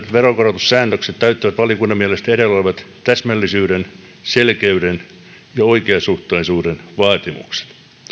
veronkorotussäännökset täyttävät valiokunnan mielestä edellä olevat täsmällisyyden selkeyden ja oikeasuhtaisuuden vaatimukset